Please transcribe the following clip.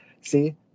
see